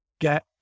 get